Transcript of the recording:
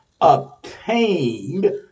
obtained